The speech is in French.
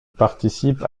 participe